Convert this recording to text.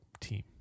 team